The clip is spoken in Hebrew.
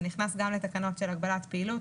זה נכנס גם לתקנות של הגבלת פעילות,